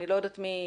אני לא יודעת מי